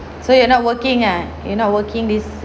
so you're not working ah you're not working this